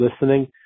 listening